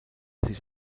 sich